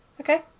Okay